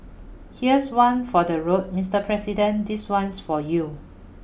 here's one for the road Mister President this one's for you